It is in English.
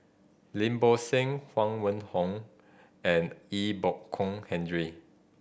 Lim Bo Seng Huang Wenhong and Ee Bo Kong Henry